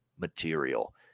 material